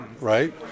right